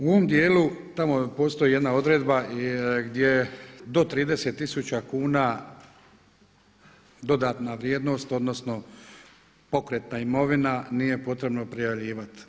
U ovom dijelu tamo postoji jedna odredba gdje do 30 tisuća kuna dodatna vrijednost odnosno pokretna imovina nije potrebno prijavljivati.